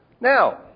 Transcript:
Now